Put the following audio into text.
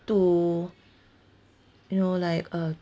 to you know like uh